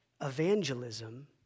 evangelism